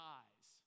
eyes